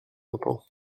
entend